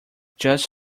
just